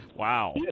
Wow